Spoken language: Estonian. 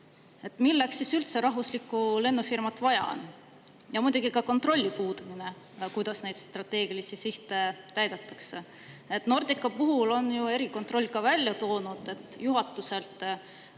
Milleks siis üldse rahvuslikku lennufirmat vaja on? Ja muidugi puudub ka kontroll, kuidas neid strateegilisi sihte täidetakse. Nordica puhul on ju erikontroll ka välja toonud, et juhatuselt